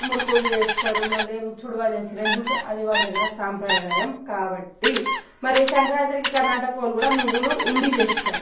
మురుకులు చేస్తారు మళ్ళీ చుడవ చేస్తరు ఎందుకు అది వాళ్ళ దగ్గర సాంప్రదాయం కాబట్టి మరి సంక్రాంతికి కర్ణాటక వాళ్ళు కూడా నువ్వులు ఉండీ చేస్తారు